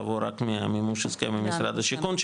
תבוא רק ממימוש ההסכם עם משרד השיכון,